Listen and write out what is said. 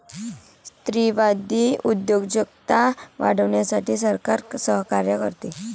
स्त्रीवादी उद्योजकता वाढवण्यासाठी सरकार सहकार्य करते